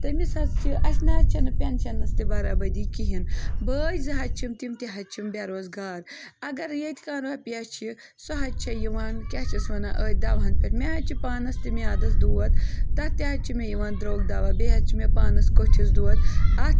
تٔمِس حظ چھِ اسہِ نَہ حظ چھَنہٕ پیٚنشَنَس تہِ بَرابٔردی کِہیٖنۍ بٲے زٕ حظ چھِم تِم تہِ حظ چھِم بےٚ روزگار اگر ییٚتہِ کانٛہہ رۄپیَہ چھِ سۄ حظ چھِ یِوان کیٛاہ چھِ اَتھ وَنان أتھۍ دَوہَن پٮ۪ٹھ مےٚ حظ چھِ پانَس تہِ میادَس دوٗد تَتھ تہِ حظ چھِ مےٚ یِوان درٛوگ دَوا بیٚیہِ حظ چھِ مےٚ پانَس کوٚٹھِس دوٗد اَتھ